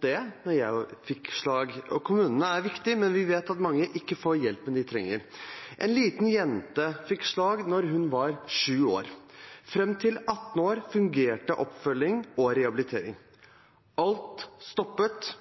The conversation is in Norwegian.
det da jeg fikk slag. Kommunene er viktig, men vi vet at mange ikke får hjelpen de trenger. En liten jente fikk slag da hun var sju år. Fram til hun var 18 år fungerte oppfølging og rehabilitering. Alt stoppet